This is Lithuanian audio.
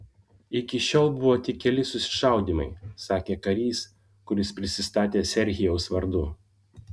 iki šiol buvo tik keli susišaudymai sakė karys kuris prisistatė serhijaus vardu